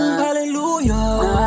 Hallelujah